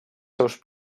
seus